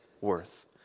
worth